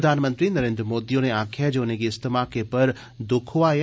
प्रघानमंत्री नरेन्द्र मोदी होरें आक्खेआ जे उनेंगी इस घमाके पर दुख होआ ऐ